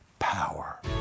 Power